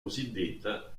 cosiddetta